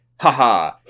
Haha